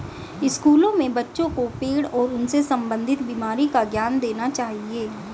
स्कूलों में बच्चों को पेड़ और उनसे संबंधित बीमारी का ज्ञान देना चाहिए